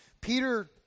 Peter